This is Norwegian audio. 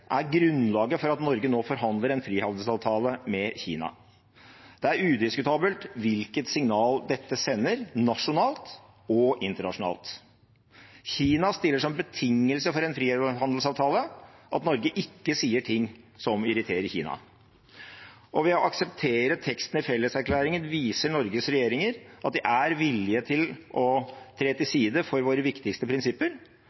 er grunnlaget for at Norge nå forhandler en frihandelsavtale med Kina. Det er udiskutabelt hvilket signal dette sender – nasjonalt og internasjonalt. Kina stiller som betingelse for en frihandelsavtale at Norge ikke sier ting som irriterer Kina. Og ved å akseptere teksten i felleserklæringen viser Norges regjeringer at de er villige til å tre til